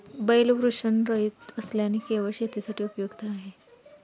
बैल वृषणरहित असल्याने केवळ शेतीसाठी उपयुक्त आहे